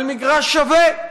על מגרש שווה.